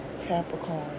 Capricorn